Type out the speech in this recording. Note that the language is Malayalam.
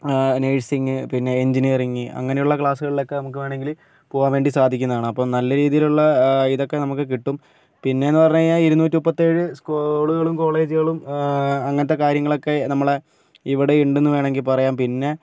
നഴ്സിംഗ് പിന്നെ എഞ്ചിനീയറിങ് അങ്ങനെയുള്ള ക്ലാസുകളിൽ ഒക്കെ നമുക്ക് വേണമെങ്കിൽ പോകാൻ വേണ്ടി സാധിക്കുന്നതാണ് അപ്പം നല്ല രീതിയിലുള്ള ഇതൊക്കെ നമുക്ക് കിട്ടും പിന്നെന്നു പറഞ്ഞ് കഴിഞ്ഞാൽ ഇരുനൂറ്റി മുപ്പത്തി ഏഴ് സ്കൂളുകളും കോളേജുകളും അങ്ങനത്തെ കാര്യങ്ങളൊക്കെ നമ്മള് ഇവിടെ ഉണ്ടെന്ന് വേണമെങ്കിൽ പറയാം പിന്നെ